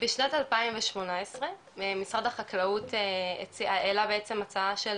בשנת 2018 משרד החקלאות העלה בעצם הצעה של